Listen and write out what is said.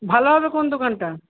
ভালো হবে কোন দোকানটা